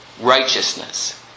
righteousness